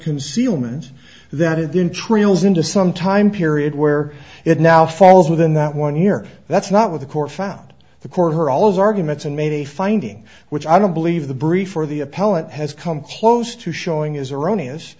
concealment that it then trails into some time period where it now falls within that one year that's not what the court found the court her all of arguments and made a finding which i don't believe the brief or the appellant has come close to showing is erroneous